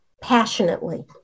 passionately